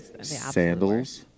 Sandals